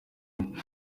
bwo